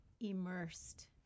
immersed